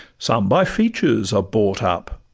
some by features are bought up,